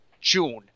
June